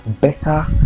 better